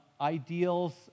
ideals